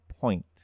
point